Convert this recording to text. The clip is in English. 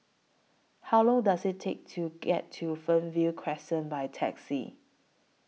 How Long Does IT Take to get to Fernvale Crescent By Taxi